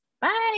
bye